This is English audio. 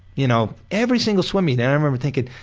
you know every single swim meet and i remember thinking,